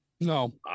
No